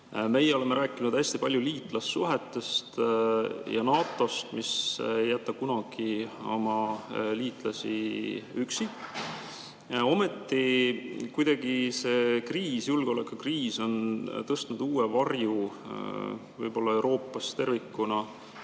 Meie oleme rääkinud hästi palju liitlassuhetest ja NATO‑st, mis ei jäta kunagi oma liikmeid üksi. Ometi kuidagi see kriis, julgeolekukriis on tekitanud võib-olla Euroopas tervikuna